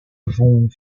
vont